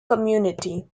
community